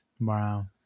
Wow